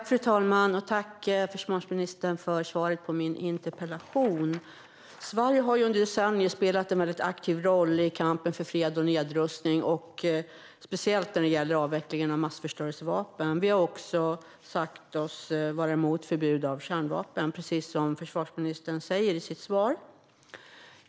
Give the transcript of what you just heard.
Fru talman! Tack, försvarsministern, för svaret på min interpellation! Sverige har under decennier spelat en väldigt aktiv roll i kampen för fred och nedrustning, speciellt när det gäller avvecklingen av massförstörelsevapen. Vi har också sagt oss vara för ett förbud mot kärnvapen, precis som försvarsministern säger i sitt svar.